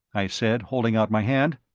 i said, holding out my hand.